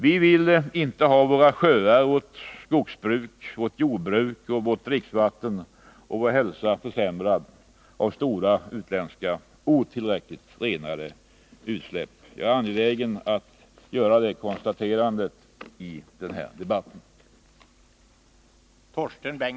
Vi vill inte ha våra sjöar, vårt skogsbruk, vårt jordbruk, vårt dricksvatten och vår hälsa försämrade av stora utländska, otillräckligt renade utsläpp. Jag är angelägen att göra det konstaterandet i den här debatten.